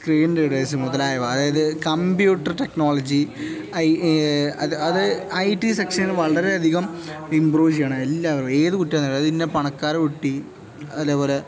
screen readers മുതലായവ അതായത് computer technology അതായത് ഐ ടി സെക്ഷനില് വളരെയധികം ഇംപ്രൂവ് ചെയ്യണം എല്ലാവരും ഏത് കുട്ടിയായാലും അത് ഇന്ന പണക്കാരുടെ കുട്ടി അതേപോലെ